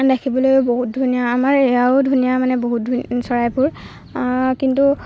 দেখিবলৈও বহুত ধুনীয়া আমাৰ এয়াও ধুনীয়া মানে বহুত চৰাইবোৰ কিন্তু